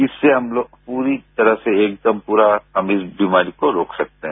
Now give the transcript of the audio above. इससे हमलोग पूरी तरह से एकदम पूरा हम इस बीमारी को रोक सकते हैं